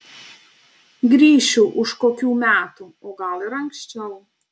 grįšiu už kokių metų o gal ir anksčiau